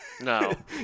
No